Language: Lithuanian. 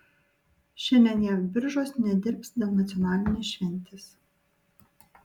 šiandien jav biržos nedirbs dėl nacionalinės šventės